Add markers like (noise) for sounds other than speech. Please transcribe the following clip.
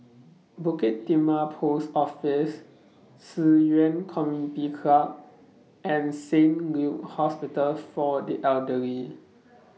Bukit Timah Post Office Ci Yuan Community Club and Saint (unintelligible) Hospital For The Elderly